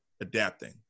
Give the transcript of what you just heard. adapting